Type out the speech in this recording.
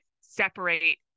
separate